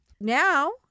Now